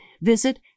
visit